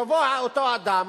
יבוא אותו אדם